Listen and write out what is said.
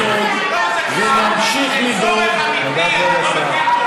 נוסיף לדאוג ונמשיך לדאוג, זה צורך אמיתי.